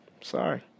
Sorry